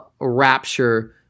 rapture